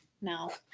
No